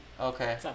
Okay